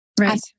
Right